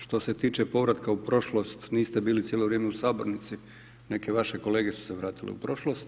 Što se tiče povratka u prošlost niste bili cijelo vrijeme u sabornici, neke vaše kolege su se vratile u prošlost.